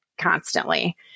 constantly